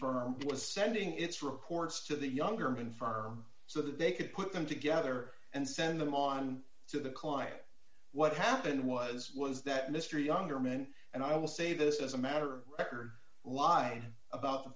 firm was sending its reports to the younger and infirm so that they could put them together and send them on to the client what happened was was that mr younger men and i will say this as a matter record lie about the